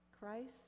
Christ